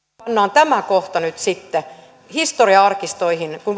tämä kohta nyt sitten historian arkistoihin kun